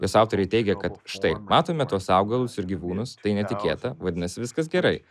jos autoriai teigia kad štai matome tuos augalus ir gyvūnus tai netikėta vadinasi viskas gerai